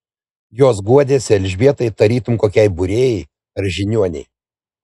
jos guodėsi elžbietai tarytum kokiai būrėjai ar žiniuonei